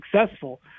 successful